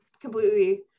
completely